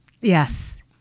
yes